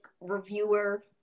reviewer